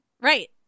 Right